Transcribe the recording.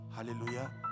Hallelujah